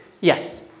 Yes